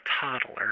toddler